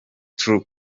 true